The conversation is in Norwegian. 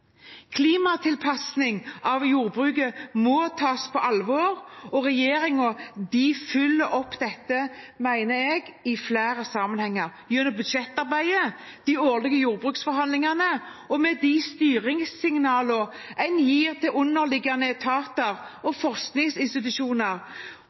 Klimatilpasning av jordbruket må tas på alvor, og regjeringen følger dette opp, mener jeg, i flere sammenhenger. Gjennom budsjettarbeidet, de årlige jordbruksforhandlingene og de styringssignaler en gir til underliggende etater